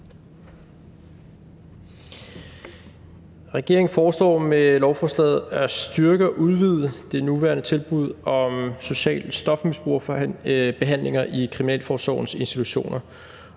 Regeringen foreslår med lovforslaget at styrke og udvide det nuværende tilbud om social stofmisbrugsbehandling i kriminalforsorgens institutioner